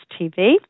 TV